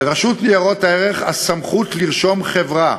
לרשות לניירות ערך הסמכות לרשום חברה